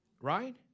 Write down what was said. Right